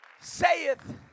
saith